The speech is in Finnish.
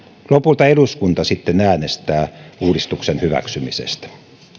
lopulta eduskunta sitten äänestää uudistuksen hyväksymisestä